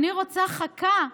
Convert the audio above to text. אני רוצה לתת חכה.